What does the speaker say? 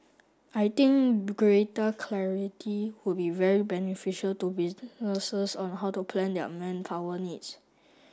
I think greater clarity would be very beneficial to businesses on how to plan their manpower needs